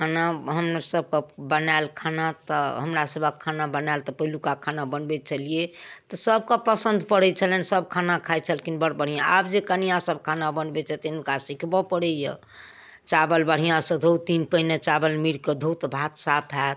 खाना भानससबके बनाएल खाना तऽ हमरासभके खाना बनाएल तऽ पहिलुका खाना बनबै छलिए सभके तऽ पसन्द पड़ै छलनि सभ खाना खाइ छलखिन बड़ बढ़िआँ आब जे कनिआँसभ खाना बनबै छथिन हुनका सिखबऽ पड़ैए चावल बढ़िआँसँ धोउ तीन पानिए चावल मीड़िकऽ धोउ तऽ भात साफ हैत